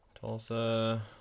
Tulsa